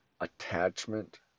attachment